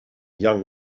young